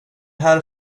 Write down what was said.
här